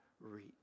reach